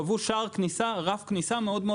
קבעו רף כניסה גבוה מאוד.